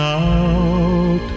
out